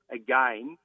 again